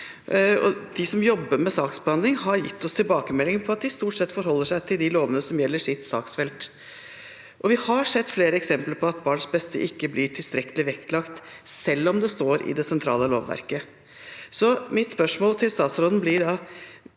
De som jobber med saksbehandling, har gitt oss tilbakemelding om at de stort sett forholder seg til de lovene som gjelder for sitt saksfelt. Vi har sett flere eksempler på at barns beste ikke blir tilstrekkelig vektlagt selv om det står i det sentrale lovverket. Mitt spørsmål til statsråden blir: